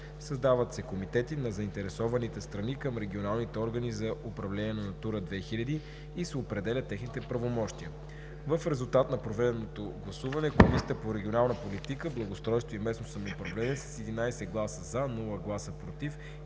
Създават се комитети на заинтересованите страни към регионалните органи за управление на „Натура 2000“ и се определят техните правомощия. В резултат на проведеното гласуване Комисията по регионална политика, благоустройство и местно самоуправление с 11 гласа „за“, без „против“